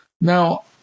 Now